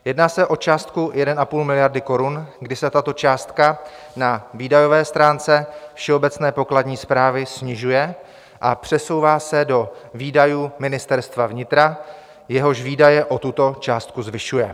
Jedná se o částku 1,5 miliardy korun, kdy se tato částka na výdajové stránce všeobecné pokladní správy snižuje a přesouvá se do výdajů Ministerstva vnitra, jehož výdaje o tuto částku zvyšuje.